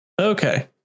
Okay